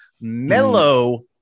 Mellow